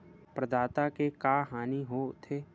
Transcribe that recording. प्रदाता के का हानि हो थे?